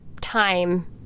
time